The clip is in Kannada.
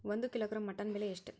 ಒಂದು ಕಿಲೋಗ್ರಾಂ ಮಟನ್ ಬೆಲೆ ಎಷ್ಟ್?